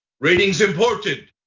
rating's important.